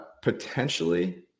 potentially